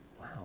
Wow